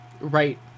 right